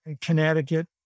Connecticut